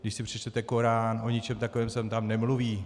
Když si přečtete Korán, o ničem takovém se tam nemluví.